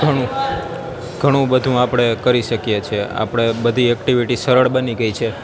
ઘણું ઘણું બધું આપણે કરી શકીએ છે આપણે બધી એક્ટીવિટી સરળ બની ગઈ છે